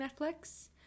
Netflix